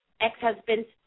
ex-husband's